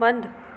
बंदि